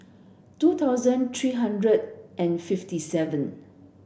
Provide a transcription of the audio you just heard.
two thousand three hundred and fifty seven